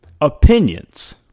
Opinions